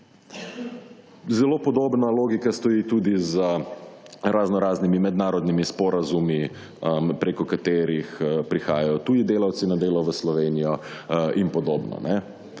Zelo podobna logika stoji tudi z raznoraznimi mednarodnimi sporazumi, preko katerih prihajajo tuji delavci na delo v Slovenijo in podobno.